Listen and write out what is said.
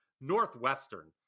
Northwestern